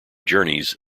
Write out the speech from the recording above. journeys